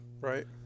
Right